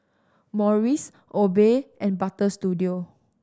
Morries Obey and Butter Studio